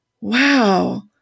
Wow